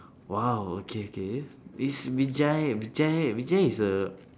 !wow! okay okay is vijay vijay vijay is a